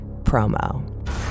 promo